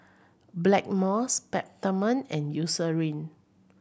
Blackmores Peptamen and Eucerin